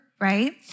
right